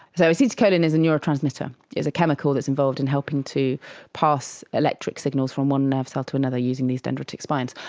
so acetylcholine is a neurotransmitter, it's a chemical that's involved in helping to pass electric signals from one nerve cell to another using these dendritic spines.